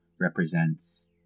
represents